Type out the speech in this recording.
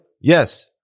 Yes